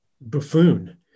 buffoon